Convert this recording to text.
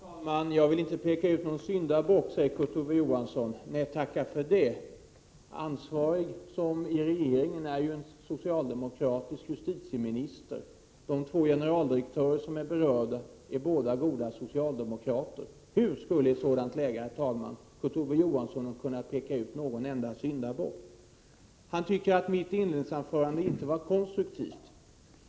Herr talman! Jag vill inte peka ut någon syndabock, säger Kurt Ove Johansson. Nej, tacka för det! Ansvarig i regeringen är ju en socialdemokratisk justitieminister. De två generaldirektörer som är berörda är båda goda socialdemokrater. Hur skulle Kurt Ove Johansson i ett sådant läge, herr talman, kunna peka ut en enda syndabock? Kurt Ove Johansson tyckte att mitt inledningsanförande inte var konstruktivt.